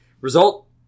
Result